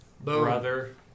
Brother